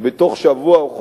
בתוך שבוע או חודש,